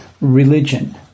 Religion